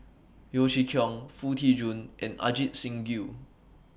Yeo Chee Kiong Foo Tee Jun and Ajit Singh Gill